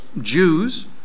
Jews